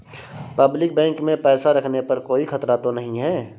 Public bank में पैसा रखने पर कोई खतरा तो नहीं है?